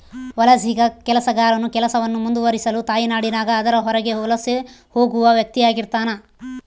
ವಲಸಿಗ ಕೆಲಸಗಾರನು ಕೆಲಸವನ್ನು ಮುಂದುವರಿಸಲು ತಾಯ್ನಾಡಿನಾಗ ಅದರ ಹೊರಗೆ ವಲಸೆ ಹೋಗುವ ವ್ಯಕ್ತಿಆಗಿರ್ತಾನ